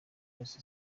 yose